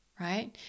right